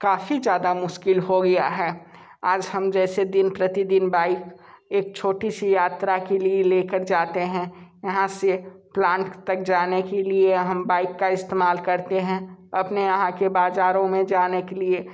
काफ़ी ज़्यादा मुश्किल हो गया है आज हम जैसे दिन प्रतिदिन बाइक एक छोटी सी यात्रा के लिए ले कर जाते हैं यहाँ से प्लांट तक जाने के लिए हम बाइक का इस्तेमाल करते हैं अपने यहाँ के बाज़ारों में जाने के लिए